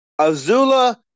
Azula